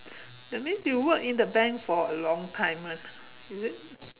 that means you work in the bank for a long time ah is it